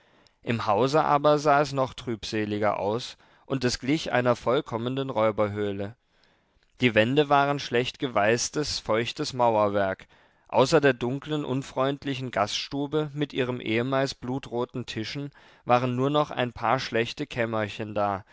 im hause aber sah es noch trübseliger aus und es glich einer vollkommenen räuberhöhle die wände waren schlechtgeweißtes feuchtes mauerwerk außer der dunklen unfreundlichen gaststube mit ihren ehemals blutroten tischen waren nur noch ein paar schlechte kämmerchen da